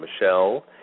Michelle